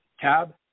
tab